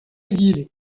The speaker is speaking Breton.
egile